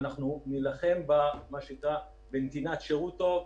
ואנחנו נילחם על ידי מתן שירות טוב.